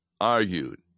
argued